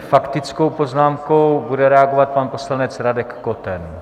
Nyní s faktickou poznámkou bude reagovat pan poslanec Radek Koten.